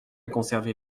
conserver